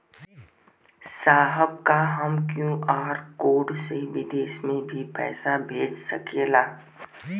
साहब का हम क्यू.आर कोड से बिदेश में भी पैसा भेज सकेला?